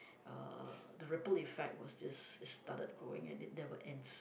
uh the ripple effect was just it started growing and it never ends